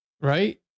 right